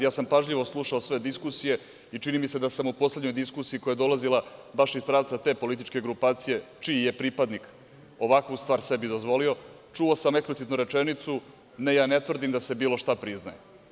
Ja sam pažljivo slušao sve diskusije i čini mi se da sam u poslednjoj diskusiji koja je dolazila baš iz pravca te političke grupacije, čiji je pripadnik ovakvu stvar sebi dozvolio, čuo eksplicitnu rečenicu – ne, ja ne tvrdim da se bilo šta priznaje.